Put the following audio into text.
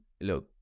look